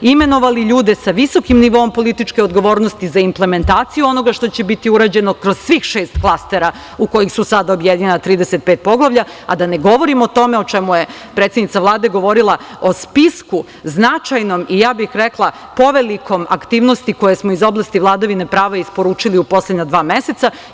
imenovali ljude sa visokim nivoom političke odgovornosti za implementaciju onoga što će biti urađeno kroz svih šest klastera u koje su sada objedinjena 35 poglavlja, a da ne govorim o tome o čemu je predsednica Vlade govorila, o spisku značajnom, i ja bih rekla - povelikom, aktivnosti koje smo iz oblasti vladavine prava isporučili u poslednja dva meseca.